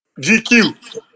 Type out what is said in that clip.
GQ